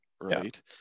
Right